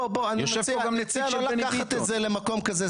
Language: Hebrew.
בוא בוא אני מציע לא לקחת את זה למקום כזה,